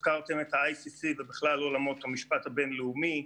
הזכרתם את ה-ICC ובכלל את עולמות המשפט הבינלאומי,